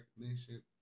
recognition